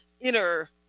inner